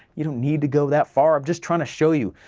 you don't need to go that far, i'm just trying to show you,